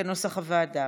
כנוסח הוועדה.